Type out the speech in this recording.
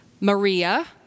Maria